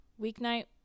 Weeknight